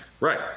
Right